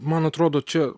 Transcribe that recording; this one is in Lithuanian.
man atrodo čia